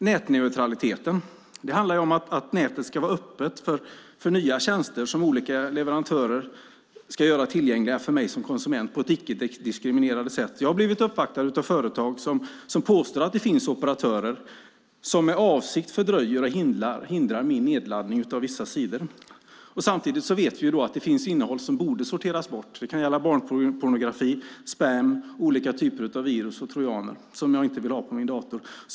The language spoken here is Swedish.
Nätneutraliteten handlar om att nätet ska vara öppet för nya tjänster som olika leverantörer ska göra tillgängliga för mig som konsument på ett icke diskriminerande sätt. Jag har blivit uppvaktad av företag som påstår att det finns operatörer som med avsikt fördröjer och hindrar min nedladdning av vissa sidor. Samtidigt vet vi att det finns innehåll som borde sorteras bort. Det kan gälla barnpornografi, spam och olika typer av virus och trojaner som jag inte vill ha i min dator.